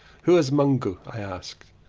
who is mungu? i asked.